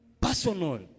Personal